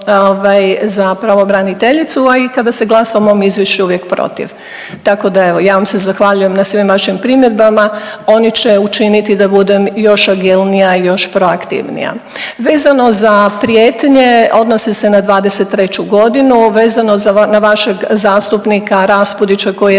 za pravobraniteljicu, a i kada se glasa o mom izvješću je uvijek protiv, tako da, evo, ja vam se zahvaljujem na svim vašim primjedbama. Oni će učiniti da budem još agilnija i još proaktivnija. Vezano za prijetnje, odnose se na '23. godinu, vezano na vašeg zastupnika Raspudića koji je